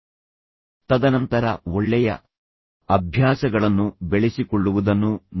ಏಕೆ ಎಂದರೆ ನೀವು ಇನ್ನೊಂದನ್ನು ಮಾರ್ಗದರ್ಶಿ ತತ್ವವನ್ನು ಇಟ್ಟುಕೊಳ್ಳುವ ಮೂಲಕ ಒಳ್ಳೆಯ ಅಭ್ಯಾಸಗಳನ್ನು ಬೆಳೆಸಿಕೊಳ್ಳಬೇಕು